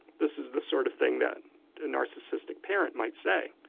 this is the sort of thing that a narcissistic parent might say.